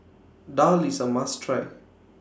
Daal IS A must Try